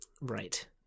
Right